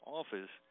office